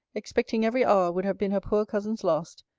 expecting every hour would have been her poor cousin's last.